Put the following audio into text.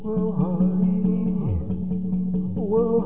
whoa whoa